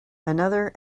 another